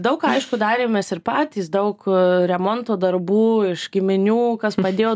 daug ką aišku darėmės ir patys daug remonto darbų iš giminių kas padėjo